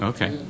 Okay